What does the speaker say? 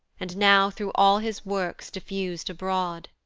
and now through all his works diffus'd abroad.